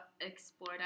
Explore